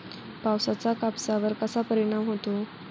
पावसाचा कापसावर कसा परिणाम होतो?